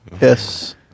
Yes